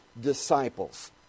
disciples